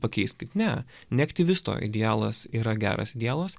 pakeiskit ne ne aktyvisto idealas yra geras idealas